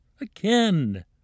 again